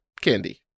candy